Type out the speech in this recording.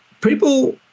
people